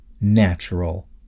natural